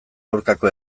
aurkako